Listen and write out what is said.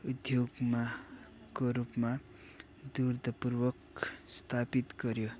उद्योगमा को रूपमा दृढतापूर्वक स्थापित गऱ्यो